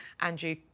Andrew